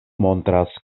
montras